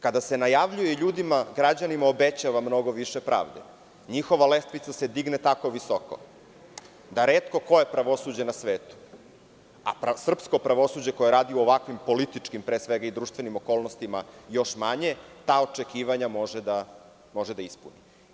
Kada se najavljuje ljudima i građanima obećava mnogo više pravde, njihova lestvica se digne tako visoko da retko koje pravosuđe na svetu, a srpsko pravosuđe koje radi u ovakvim političkim, pre svega, i društvenim okolnostima još manje, ta očekivanja može da ispuni.